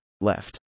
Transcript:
left